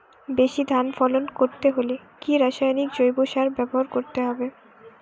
বেশি ধান ফলন করতে হলে কি রাসায়নিক জৈব সার ব্যবহার করতে হবে?